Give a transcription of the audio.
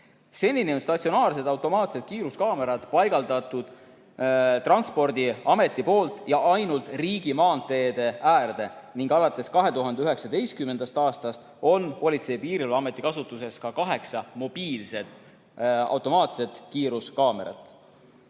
Seni on statsionaarseid automaatseid kiiruskaameraid paigaldanud Transpordiamet ainult riigimaanteede äärde ning alates 2019. aastast on Politsei- ja Piirivalveameti kasutuses kaheksa mobiilset automaatset kiiruskaamerat.